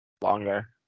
longer